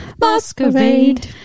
Masquerade